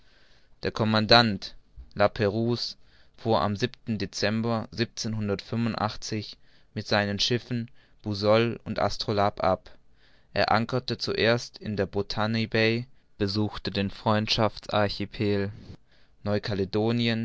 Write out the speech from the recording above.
der commandant la prouse fuhr am dezember mit seinen schiffen boussole und astrolabe ab er ankerte zuerst in der botany bai besuchte den freundschafts archipel